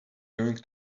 going